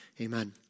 Amen